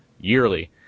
yearly